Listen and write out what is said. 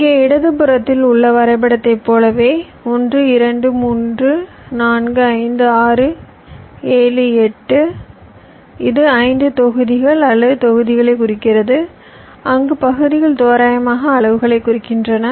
இங்கே இடதுபுறத்தில் உள்ள வரைபடத்தைப் போலவே 1 2 3 4 5 6 7 8 இது 5 தொகுதிகள் அல்லது தொகுதிகளைக் குறிக்கிறது அங்கு பகுதிகள் தோராயமாக அளவுகளைக் குறிக்கின்றன